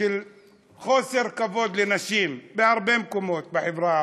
של חוסר כבוד לנשים בהרבה מקומות בחברה הערבית,